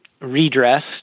Redressed